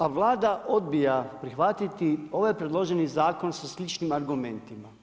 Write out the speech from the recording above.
A Vlada odbija prihvatiti ovaj predloženi zakon sa sličnim argumentima.